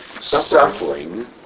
suffering